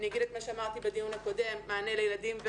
אגיד את מה שאמרתי בדיון הקודם מענה להורים וילדים,